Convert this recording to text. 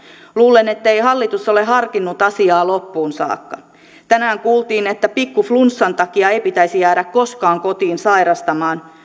luulen ettei hallitus ole harkinnut asiaa loppuun saakka tänään kuultiin että pikkuflunssan takia ei pitäisi jäädä koskaan kotiin sairastamaan